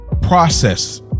Process